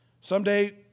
Someday